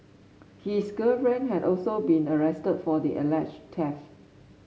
his girlfriend had also been arrested for the alleged theft